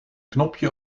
knopje